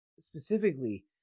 specifically